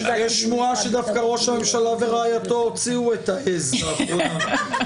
יש שמועה שדווקא ראש הממשלה ורעייתו הוציאו את העז לאחרונה.